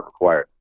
required